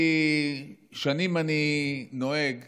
שנים אני נוהג